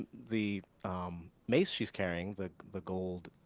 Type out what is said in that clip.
the mace she's carrying the the gold